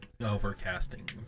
Overcasting